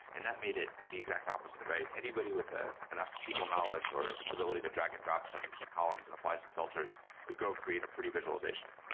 and that made it the exact opposite, right? anybody with ah enough sql knowledge or ability to drag and drop some some columns and apply some filters could go create a pretty visualization.